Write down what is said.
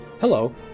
Hello